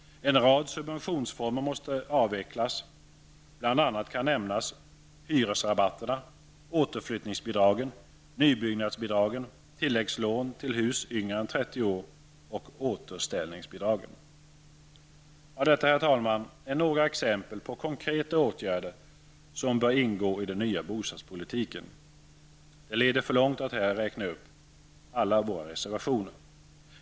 En rad subventionsformer måste avvecklas. Bl.a. kan nämnas hyresrabatterna, återflyttningsbidragen, nybyggnadsbidragen, tilläggslån till hus yngre än 30 år och återställningsbidrag. Detta, herr talman, är några exempel på konkreta åtgärder som bör ingå i den nya bostadspolitiken. Det leder för långt att här räkna upp alla våra reservationer.